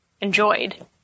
enjoyed